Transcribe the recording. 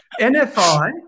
NFI